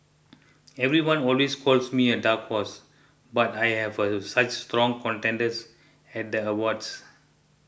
everyone always calls me a dark horse but I have such strong contenders at the awards